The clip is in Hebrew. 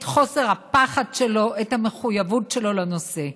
את חוסר הפחד שלו, את המחויבות שלו לנושא.